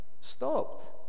stopped